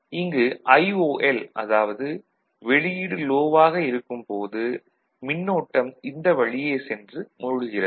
இங்கு IOL அதாவது வெளியீடு லோ வாக இருக்கும் போது மின்னோட்டம் இந்த வழியே சென்று மூழ்குகிறது